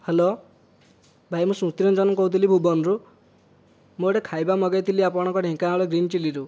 hello ଭାଇ ମୁଁ ସ୍ମୃତି ରଞ୍ଜନ କହୁଥିଲି ଭୁବନରୁ ମୁଁ ଗୋଟିଏ ଖାଇବା ମଗାଇଥିଲି ଆପଣ ଢେଙ୍କାନାଳ ଗ୍ରୀନ ଚିଲିରୁ